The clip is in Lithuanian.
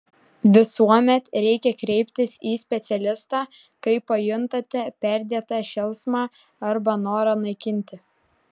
visuomet reikia kreiptis į specialistą kai pajuntate perdėtą šėlsmą arba norą naikinti